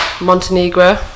Montenegro